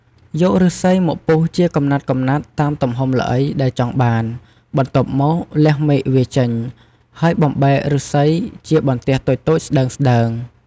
យកឫស្សីមកពុះជាកំណាត់ៗតាមទំហំល្អីដែលចង់បាន បន្ទាប់មក លះមែកវាចេញ ហើយបំបែកឫស្សីជាបន្ទះតូចៗស្ដើងៗ។